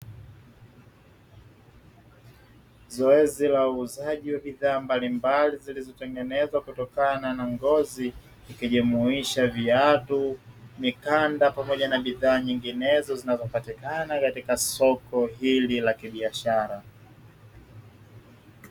Zoezi la uuzaji wa bidhaa mbalimbali zilizotengenezwa kutokana na ngozi ikijumuisha viatu, mikanda pamoja na bidhaa nyinginezo zinazopatikana katika soko hili la kibiashara.